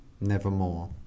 nevermore